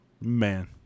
man